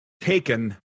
taken